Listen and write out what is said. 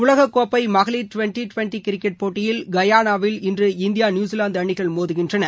உலக கோப்பை மகளிர் டுவெண்டி டுவெண்டி கிரிக்கெட் போட்டியில் கயானாவில் இன்று இந்தியா நியூஸிலாந்து அணிகள் மோதுகின்றன